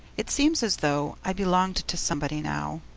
it seems as though i belonged to somebody now,